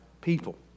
people